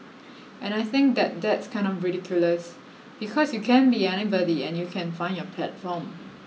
and I think that that's kind of ridiculous because you can be anybody and you can find your platform